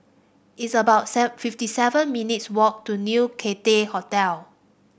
it's about fifty seven minutes' walk to New Cathay Hotel